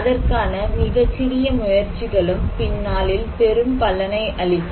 அதற்கான மிகச்சிறிய முயற்சிகளும் பின்னாளில் பெரும் பலனை அளிக்கும்